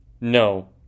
No